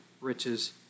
riches